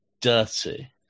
dirty